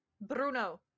Bruno